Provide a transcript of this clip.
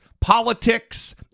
politics